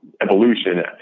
evolution